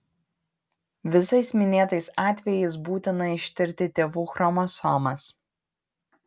visais minėtais atvejais būtina ištirti tėvų chromosomas